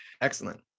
excellent